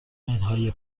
منهای